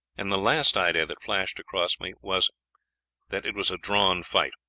and the last idea that flashed across me was that it was a drawn fight.